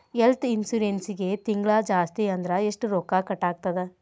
ಹೆಲ್ತ್ಇನ್ಸುರೆನ್ಸಿಗೆ ತಿಂಗ್ಳಾ ಜಾಸ್ತಿ ಅಂದ್ರ ಎಷ್ಟ್ ರೊಕ್ಕಾ ಕಟಾಗ್ತದ?